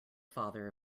father